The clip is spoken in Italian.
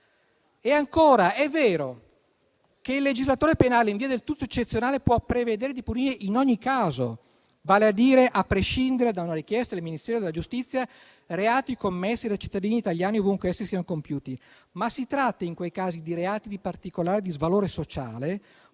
Ancora, è vero che il legislatore penale, in via del tutto eccezionale, può prevedere di punire in ogni caso, vale a dire a prescindere da una richiesta del Ministero della giustizia, reati commessi dai cittadini italiani ovunque essi siano compiuti, ma si tratta, in quei casi, di reati di particolare disvalore sociale,